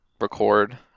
Record